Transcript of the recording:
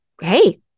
hey